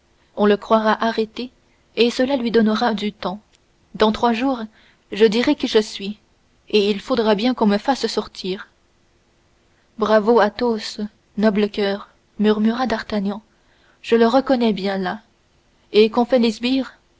on le croira arrêté et cela lui donnera du temps dans trois jours je dirai qui je suis et il faudra bien qu'on me fasse sortir bravo athos noble coeur murmura d'artagnan je le reconnais bien là et qu'ont fait